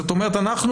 בדרך?